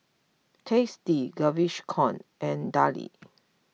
Tasty Gaviscon and Darlie